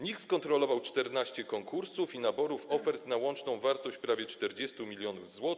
NIK skontrolował 14 konkursów i naborów ofert na łączną wartość prawie 40 mln zł.